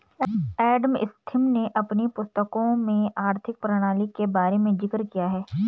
Adam Smith ने अपनी पुस्तकों में आर्थिक प्रणाली के बारे में जिक्र किया है